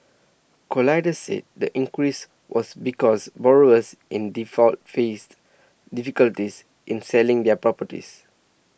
colliers said the increase was because borrowers in default faced difficulties in selling their properties